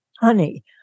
Honey